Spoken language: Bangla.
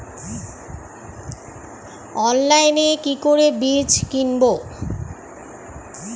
অনলাইনে কি করে বীজ কিনব?